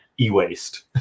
e-waste